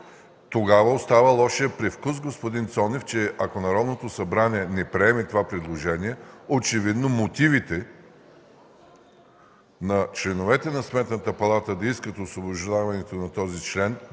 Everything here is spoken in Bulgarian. Тогава остава лошият привкус, господин Цонев, че ако Народното събрание не приеме това предложение, очевидно мотивите на членовете на Сметната палата да искат освобождаването на този член